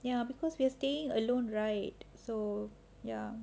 ya because we're staying alone right so ya